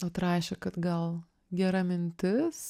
atrašė kad gal gera mintis